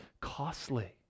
costly